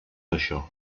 això